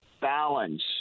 balance